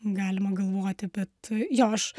galima galvoti bet jo aš